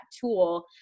tool